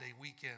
weekend